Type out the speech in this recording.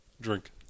Drink